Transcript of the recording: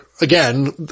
again